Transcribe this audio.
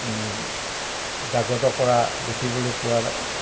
জাগ্ৰত কৰা দেখিবলৈ পোৱা